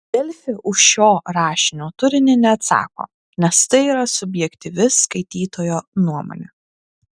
delfi už šio rašinio turinį neatsako nes tai yra subjektyvi skaitytojo nuomonė